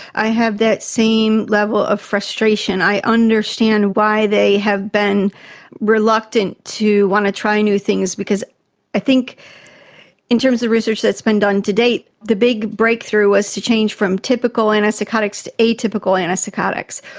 i have that same level of frustration, i understand why they have been reluctant to want to try new things. i think in terms of research that's been done to date, the big breakthrough was to change from typical antipsychotics to atypical antipsychotics.